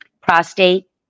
prostate